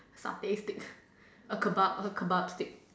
satay stick a Kebab a Kebab stick